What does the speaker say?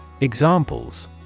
Examples